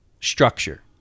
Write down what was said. structure